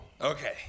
Okay